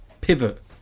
pivot